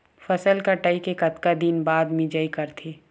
फसल कटाई के कतका दिन बाद मिजाई करथे?